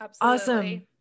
awesome